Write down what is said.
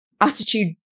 Attitude